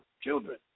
children